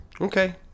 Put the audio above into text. Okay